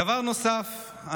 דבר נוסף,